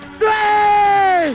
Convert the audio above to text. three